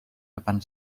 depan